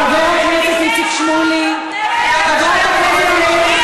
הוא בא לגדר וזורק, חבר הכנסת איציק שמולי,